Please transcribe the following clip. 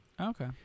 okay